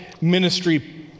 ministry